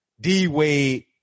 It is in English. D-Wade